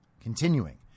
Continuing